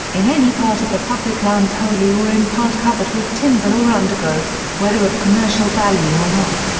in any part of the public lands wholly or in part covered with timber or undergrowth, whether of commercial value or not,